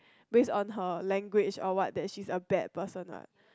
base on her language or what that she's a bad person lah